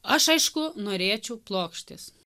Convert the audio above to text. aš aišku norėčiau plokštės